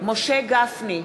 משה גפני,